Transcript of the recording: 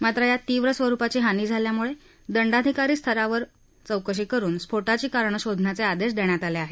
मात्र यात तीव्र स्वरूपाची हानी झाल्यामुळे दंडाधिकारी स्तरावर चौकशी करून स्फोटाची कारणं शोधण्याचे आदेश दिले आहेत